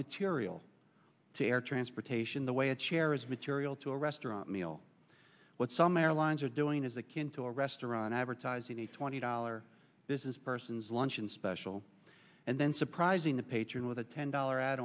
material to air transportation the way a chair is material to a restaurant meal what some airlines are doing is akin to a restaurant advertising a twenty dollar business persons lunch in special and then surprising the patron with a ten dollar ad